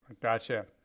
Gotcha